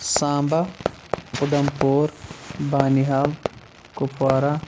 سامبا اُدَمپور بانہِ حال کوٚپوارہ